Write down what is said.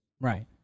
Right